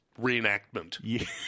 reenactment